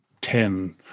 ten